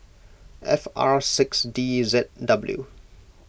F R six D Z W